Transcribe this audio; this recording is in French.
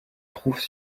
trouvent